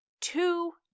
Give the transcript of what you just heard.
two